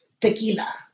tequila